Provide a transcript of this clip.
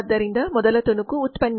ಆದ್ದರಿಂದ ಮೊದಲ ತುಣುಕು ಉತ್ಪನ್ನ